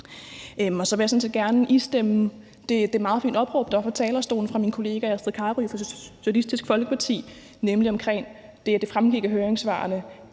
jeg sådan set gerne istemme det meget fine opråb, der kom fra talerstolen fra min kollega Astrid Carøe fra Socialistisk Folkeparti, omkring det, at det fremgik af høringssvarene,